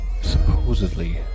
Supposedly